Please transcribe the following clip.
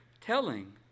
telling